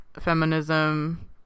feminism